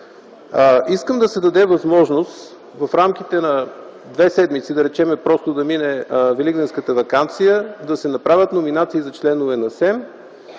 Искам да се даде възможност в рамките на две седмици, да речем, просто да мине Великденската ваканция, да се направят номинации за членове на